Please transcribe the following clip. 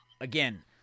again